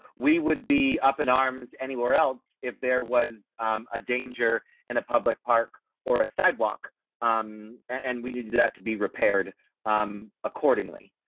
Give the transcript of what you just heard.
we would be up in arms anywhere else. if there was a danger in a public park or a sidewalk um and we needed that to be repaired um accordingly.